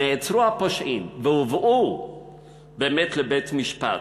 נעצרו הפושעים והובאו באמת לבית-משפט.